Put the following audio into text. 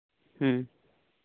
ᱦᱩᱸ ᱴᱷᱤᱠ ᱜᱮᱭᱟ